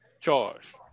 charge